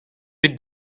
pezh